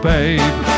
Babe